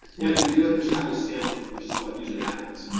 or you can do it, but you have no stamina, which is what usually happens.